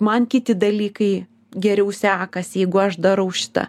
man kiti dalykai geriau sekasi jeigu aš darau šitą